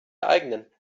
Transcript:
eigenen